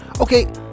Okay